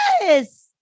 yes